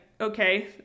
okay